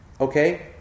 Okay